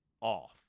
off